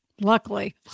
luckily